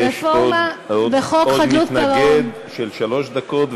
יש עוד מתנגד של שלוש דקות,